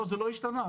זה לא השתנה.